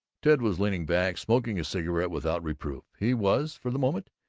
ted was leaning back, smoking a cigarette without reproof. he was, for the moment,